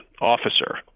officer